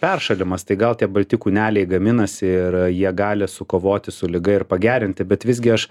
peršalimas tai gal tie balti kūneliai gaminasi ir jie gali sukovoti su liga ir pagerinti bet visgi aš